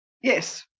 Yes